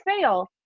fail